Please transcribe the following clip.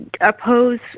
oppose